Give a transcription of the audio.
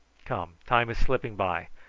come time is slipping by.